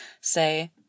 say